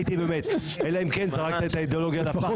אלא אם כן זרקת את האידאולוגיה לפח.